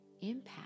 impact